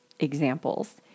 examples